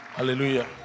Hallelujah